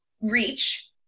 reach